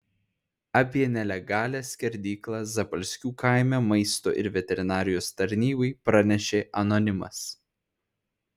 apie nelegalią skerdyklą zapalskių kaime maisto ir veterinarijos tarnybai pranešė anonimas